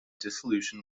dissolution